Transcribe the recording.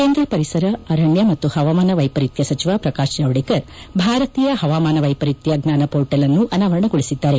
ಕೇಂದ್ರ ಪರಿಸರ ಅರಣ್ಯ ಮತ್ತು ಪವಾಮಾನ ವೈಪರಿತ್ಯ ಸಚಿವ ಪ್ರಕಾಶ್ ಜಾವಡೇಕರ್ ಭಾರತೀಯ ಪವಾಮಾನ ವೈಪರಿತ್ಯ ಜ್ಞಾನ ಮೋರ್ಟಲ್ ಅನ್ನು ಅನಾವರಣಗೊಳಿಸಿದ್ದಾರೆ